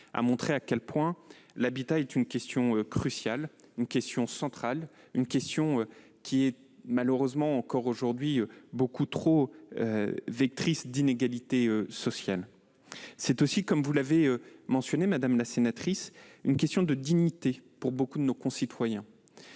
a montré à quel point l'habitat est une question cruciale, centrale, malheureusement encore beaucoup trop vectrice d'inégalités sociales. C'est aussi, comme vous l'avez mentionné, madame la sénatrice, une question de dignité pour beaucoup de nos concitoyens.